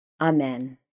Amen